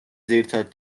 ძირითადად